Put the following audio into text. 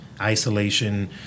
isolation